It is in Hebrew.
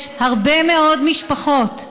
יש הרבה מאוד משפחות,